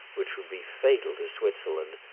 which would be fatal to switzerland,